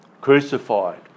crucified